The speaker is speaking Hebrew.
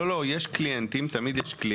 לא, תמיד יש קליינטים.